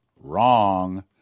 Wrong